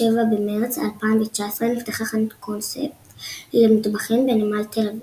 במרץ 2019 נפתחה חנות קונספט למטבחים בנמל תל אביב.